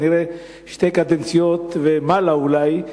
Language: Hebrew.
שתי קדנציות ומעלה אולי,